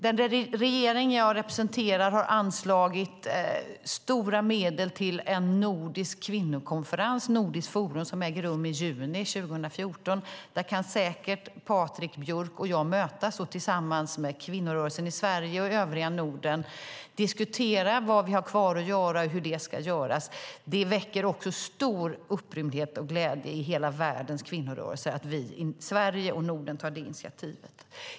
Den regering jag representerar har anslagit stora medel till en nordisk kvinnokonferens, Nordiskt Forum, som äger rum i juni 2014. Där kan säkert Patrik Björck och jag mötas och tillsammans med kvinnorörelsen i Sverige och övriga Norden diskutera vad vi har kvar att göra och hur det ska göras. Det väcker också stor upprymdhet och glädje i hela världens kvinnorörelser att vi i Sverige och Norden tar det initiativet.